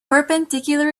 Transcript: perpendicular